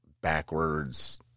backwards